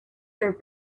your